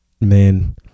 man